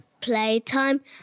playtime